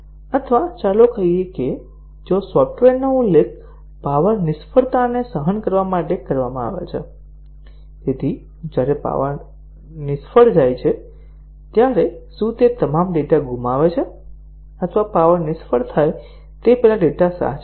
અથવા ચાલો કહીએ કે જો સોફ્ટવેરનો ઉલ્લેખ પાવર નિષ્ફળતાને સહન કરવા માટે કરવામાં આવે છે જ્યારે પાવર નિષ્ફળતા થાય છે ત્યારે શું તે તમામ ડેટા ગુમાવે છે અથવા પાવર નિષ્ફળતા થાય તે પહેલાં ડેટા સાચવે છે